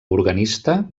organista